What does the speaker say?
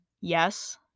Yes